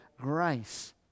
grace